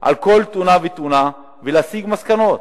על כל תאונה ותאונה ויסיקו מסקנות,